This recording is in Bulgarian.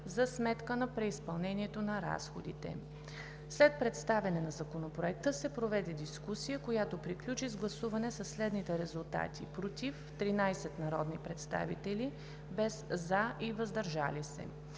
за сметка на преизпълнението на приходите. След представяне на Законопроекта се проведе дискусия, която приключи с гласуване със следните резултати: „против“ – 13 народни представители, „за“ и „въздържал се“